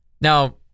Now